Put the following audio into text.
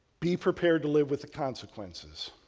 be prepared to live with the consequences.